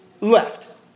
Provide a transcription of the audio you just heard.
Left